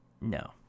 No